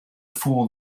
fool